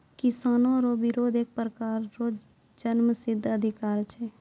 किसानो रो बिरोध एक प्रकार रो जन्मसिद्ध अधिकार छै